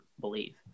believe